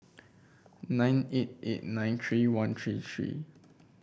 nine eight eight nine three thirteen three